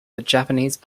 japanese